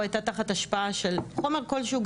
או הייתה תחת השפעה של חומר כלשהו,